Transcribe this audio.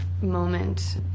moment